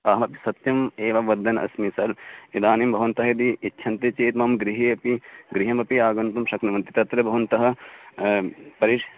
अहमपि सत्यम् एवं वदन् अस्मि सर् इदानीं भवन्तः यदि इच्छन्ति चेत् मम गृहे अपि गृहेऽपि आगन्तुं शक्नुवन्ति तत्र भवन्तः परिश्